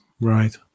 right